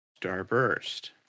Starburst